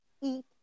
eat